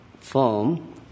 form